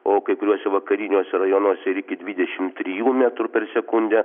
o kai kuriuose vakariniuose rajonuose ir iki dvidešim trijų metrų per sekundę